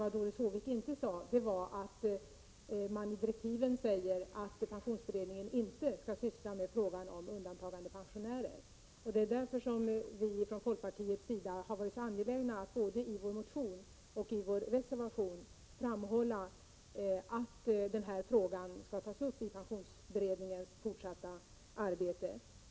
Vad Doris Håvik däremot inte sade var att det i direktiven står att pensionsberedningen inte skall syssla med frågan om undantagandepensionärer. Det är därför som vi från folkpartiets sida har varit så angelägna om att både i vår motion och i vår reservation framhålla att denna fråga skall tas upp ipensionsberedningens fortsatta arbete.